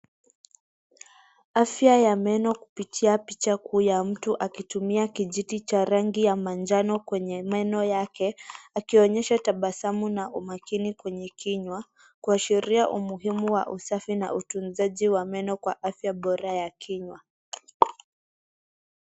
Afya ya meno kupitia picha kuu ya mtu akitumia kijiti cha rangi ya manjano kwenye meno yake akionyesha tabasamu na umakini kwenye kinywa . Kuashiria umuhimu na usafi na utunzaji wa meno kwa afya bora ya kinywa.